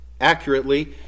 accurately